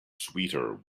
sweeter